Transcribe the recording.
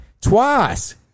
twice